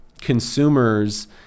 consumers